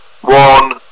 one